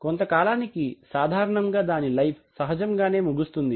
కొంతకాలానికి సాధారణముగా దాని లైఫ్ సహజముగానే ముగుస్తుంది